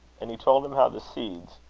and he told him how the seeds,